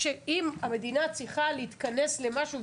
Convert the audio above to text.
אם המדינה צריכה להתכנס למשהו,